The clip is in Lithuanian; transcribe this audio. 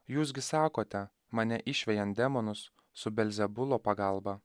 jūs gi sakote mane išvejant demonus su belzebulo pagalba